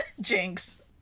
Jinx